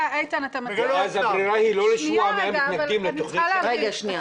איתן, אני רוצה להבין.